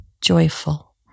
joyful